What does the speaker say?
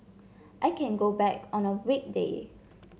I can go back on a weekday